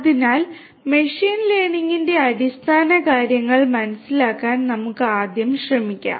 അതിനാൽ മെഷീൻ ലേണിംഗിന്റെ അടിസ്ഥാനകാര്യങ്ങൾ മനസ്സിലാക്കാൻ നമുക്ക് ആദ്യം ശ്രമിക്കാം